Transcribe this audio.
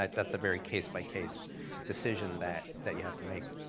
ah that's a very case by case decision that that you have to make.